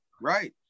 right